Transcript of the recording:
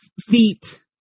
feet